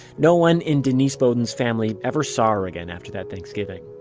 no one in denise beaudin's family ever saw her again after that thanksgiving.